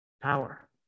power